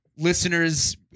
Listeners